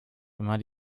immer